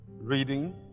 reading